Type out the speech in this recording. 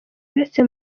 uretse